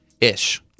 Ish